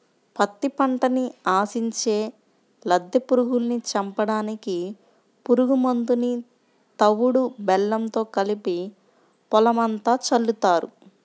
పత్తి పంటని ఆశించే లద్దె పురుగుల్ని చంపడానికి పురుగు మందుని తవుడు బెల్లంతో కలిపి పొలమంతా చల్లుతారు